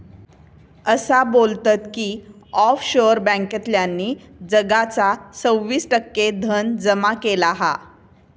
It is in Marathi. असा बोलतत की ऑफशोअर बॅन्कांतल्यानी जगाचा सव्वीस टक्के धन जमा केला हा